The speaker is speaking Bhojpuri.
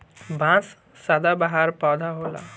बांस सदाबहार पौधा होला